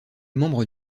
membres